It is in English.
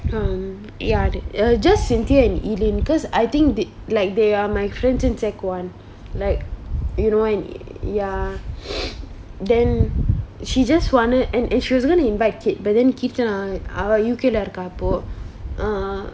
um ya just cynthia and ellen cause I think they like they are my friends since sec one like you know any ya then she just wanted and she was going to invite kit but then kit lah அவ:ava U_K lah இருக்கா இப்போ:irukka ippo err